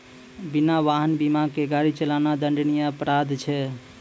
बिना वाहन बीमा के गाड़ी चलाना दंडनीय अपराध छै